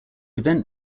event